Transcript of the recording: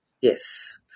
Yes